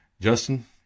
Justin